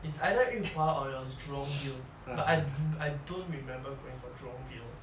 it's either yu hua or it was jurong view but I don't remember going for jurong view